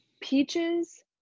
peaches